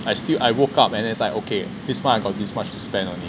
I still I woke up and it's like okay this month I got this much to spend on it